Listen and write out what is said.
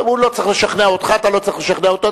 הוא לא צריך לשכנע אותך, אתה לא צריך לשכנע אותו.